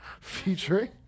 featuring